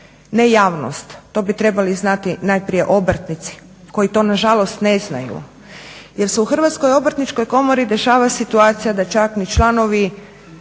Ne javnost, to bi trebali znati najprije obrtnici koji to nažalost ne znaju jer se u HOK-u dešava situacija da čak ni članovi